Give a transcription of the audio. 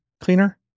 cleaner